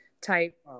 type